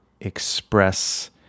express